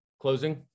closing